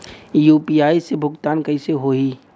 UPI से भुगतान कइसे होहीं?